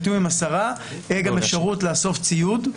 בתיאום עם השרה תהיה אפשרות לאסוף ציוד.